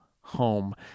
home